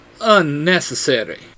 unnecessary